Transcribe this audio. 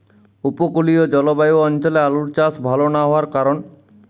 উপকূলীয় জলবায়ু অঞ্চলে আলুর চাষ ভাল না হওয়ার কারণ?